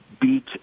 beat